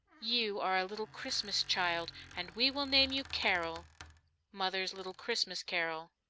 you are a little christmas child, and we will name you carol' mother's little christmas carol!